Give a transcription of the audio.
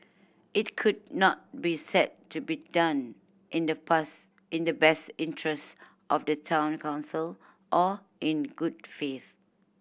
it could not be said to be done in the past in the best interest of the Town Council or in good faith